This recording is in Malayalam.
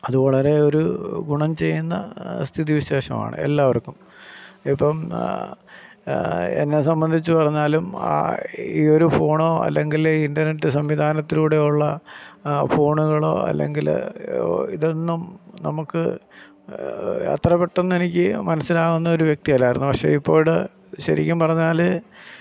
അത് വളരെ ഒരു ഗുണം ചെയ്യുന്ന സ്ഥിതിവിശേഷമാണ് എല്ലാവര്ക്കും ഇപ്പം എന്നെ സംബന്ധിച്ച് പറഞ്ഞാലും ആ ഈയൊരു ഫോണോ അല്ലെങ്കില് ഇന്റര്നെറ്റ് സംവിധാനത്തിലൂടെയുള്ള ഫോണുകളോ അല്ലെങ്കില് ഇതൊന്നും നമുക്ക് അത്ര പെട്ടെന്നെനിക്ക് മനസിലാവുന്ന ഒരു വ്യക്തി അല്ലായിരുന്നു പക്ഷെ ഇപ്പോഴ് ശെരിക്കും പറഞ്ഞാല്